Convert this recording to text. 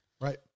Right